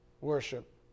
worship